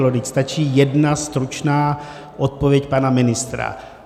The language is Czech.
Vždyť stačí jedna stručná odpověď pana ministra.